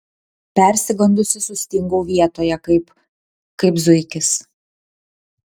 persigandusi sustingau vietoje kaip kaip zuikis